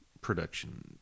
production